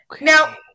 Now